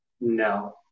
No